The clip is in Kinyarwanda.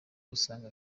usanga